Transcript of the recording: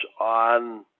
on